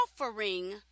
offering